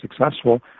successful